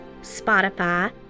Spotify